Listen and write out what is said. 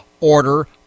Order